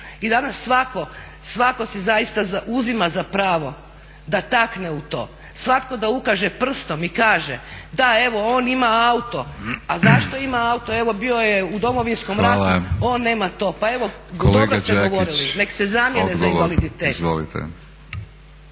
I danas svatko si zaista uzima za pravo da takne u to, svatko da ukaže prstom i kaže da evo on ima auto. A zašto ima auto? Evo bio je u Domovinskom ratu. On nema to. Pa evo dobro ste govorili, nek' se zamijene za invaliditet.